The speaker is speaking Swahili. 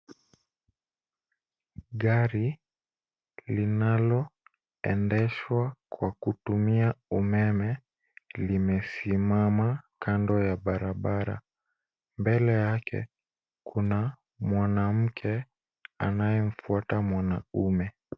Gari linaloendeshwa kwa kutumia umeme limesimama kando ya barabara. Mbele yake kuna mwanamke anayemfuata mwanaume.